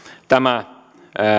tämä